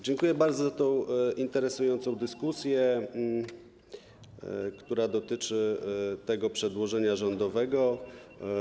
Dziękuję bardzo za interesującą dyskusję, która dotyczy tego przedłożenia rządowego.